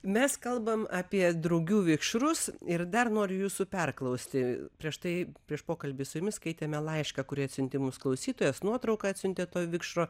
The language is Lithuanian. mes kalbame apie drugių vikšrus ir dar noriu jūsų perklausti prieš tai prieš pokalbį su jumis skaitėme laišką kurį atsiuntė mums klausytojas nuotrauką atsiuntė to vikšro